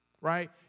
Right